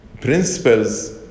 principles